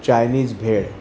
Chinese भेळ